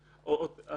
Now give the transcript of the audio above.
זה מאוד קריטי.